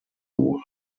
world